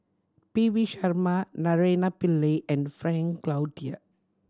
P V Sharma Naraina Pillai and Frank Cloutier